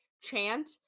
chant